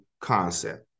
concept